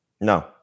No